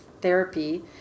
therapy